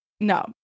no